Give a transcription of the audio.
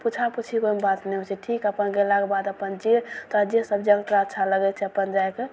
पूछा पुछीवला कोइ बात नहि होइ छै ठीक अपन गेलाके बाद अपन जे तोहरा जे सब जगह तोहरा अच्छा लगै छै अपन जाके